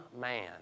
man